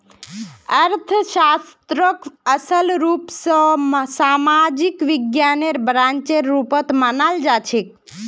अर्थशास्त्रक असल रूप स सामाजिक विज्ञानेर ब्रांचेर रुपत मनाल जाछेक